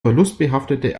verlustbehaftete